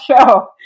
show